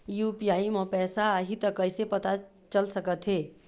UPI म पैसा आही त कइसे पता चल सकत हे?